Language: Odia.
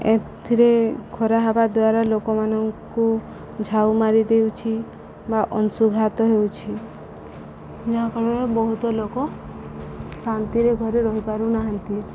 ଏଥିରେ ଖରା ହେବା ଦ୍ୱାରା ଲୋକମାନଙ୍କୁ ଝାଉ ମାରି ଦେଉଛି ବା ଅଂଶୁଘାତ ହେଉଛି ଯାହାଫଳରେ ବହୁତ ଲୋକ ଶାନ୍ତିରେ ଘରେ ରହିପାରୁନାହାନ୍ତି